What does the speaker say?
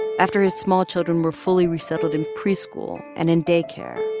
after his small children were fully resettled in preschool and in day care.